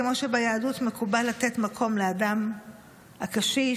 כמו שביהדות מקובל לתת מקום לאדם הקשיש,